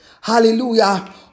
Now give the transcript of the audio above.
Hallelujah